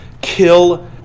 kill